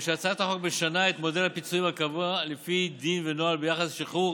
הרי שהצעת החוק משנה את מודל הפיצויים הקבוע לפי דין ונוהל ביחס לשחרור